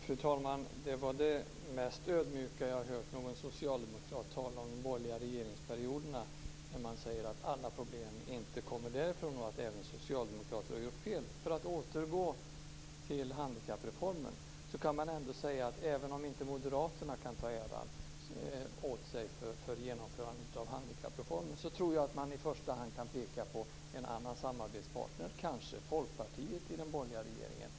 Fru talman! Det var det mest ödmjuka jag har hört någon socialdemokrat säga om de borgerliga regeringsperioderna, när det sägs att alla problem inte kommer därifrån och att även socialdemokrater har gjort fel. För att återgå till handikappreformen kan man ändå säga att även om inte moderaterna kan ta åt sig äran för genomförandet av handikappreformen tror jag att man i första hand kanske kan peka på en annan samarbetspartner, Folkpartiet i den borgerliga regeringen.